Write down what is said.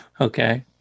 okay